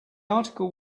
article